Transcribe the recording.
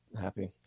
happy